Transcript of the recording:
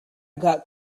got